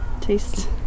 taste